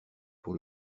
pour